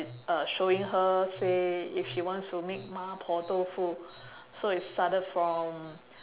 uh showing her say if she wants to make 麻婆豆腐 so it started from